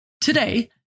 today